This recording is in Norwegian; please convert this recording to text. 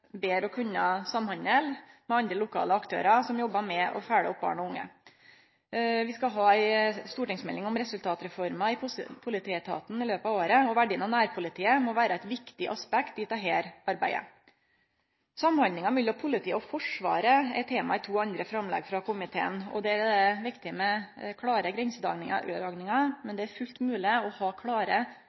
å kunne samhandle med andre lokale aktørar som jobbar med og følgjer opp barn og unge. Vi skal ha ei stortingsmelding om ei resultatreform i politietaten i løpet av året. Verdien av nærpolitiet må vere eit viktig aspekt ved dette arbeidet. Samhandlinga mellom politiet og Forsvaret er tema i to andre framlegg frå komiteen. Der er det viktig med klåre grensedragningar, men det er fullt mogleg å ha